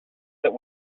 that